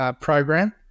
program